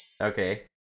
Okay